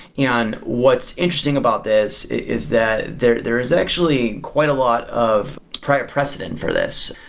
yeah and what's interesting about this is that there there is actually quite a lot of prior president for this.